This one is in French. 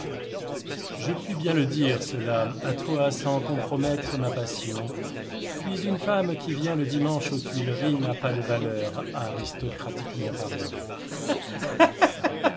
je puis bien te dire cela à toi sans compromettre ma passion puis une femme qui vient le dimanche aux tuileries n'a pas de valeur aristocratiquement parlant